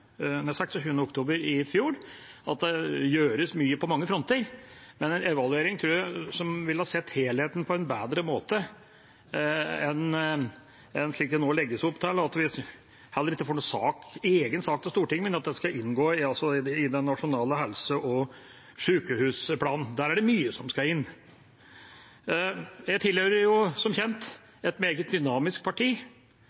oktober i fjor – at det gjøres mye på mange fronter, men en evaluering tror jeg ville ha sett helheten på en bedre måte enn slik det nå legges opp til, at vi heller ikke får noen egen sak til Stortinget, men at det skal inngå i den nasjonale helse- og sykehusplanen. Der er det mye som skal inn. Jeg tilhører som kjent